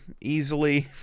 easily